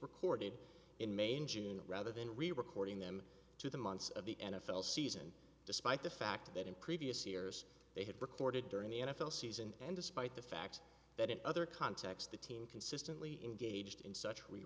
recorded in may in june rather than recording them to the months of the n f l season despite the fact that in previous years they had recorded during the n f l season and despite the fact that in other contexts the team consistently in gauged in such we